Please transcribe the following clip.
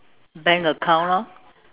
bank account lor